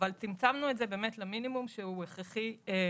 אבל צמצמנו את זה למינימום שהוא הכרחי מבחינתנו,